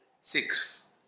six